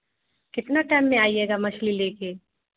कितना टाइम में आइएगा मछली लेकर